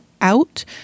out